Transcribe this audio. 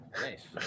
Nice